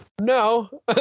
No